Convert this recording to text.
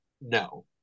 no